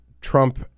Trump